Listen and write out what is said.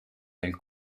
del